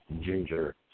ginger